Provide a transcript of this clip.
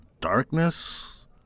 darkness